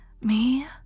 Me